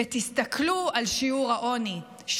תסתכלו על שיעור העוני,